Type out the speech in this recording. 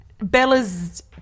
Bella's